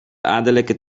adellijke